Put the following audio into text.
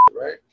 right